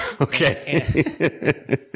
okay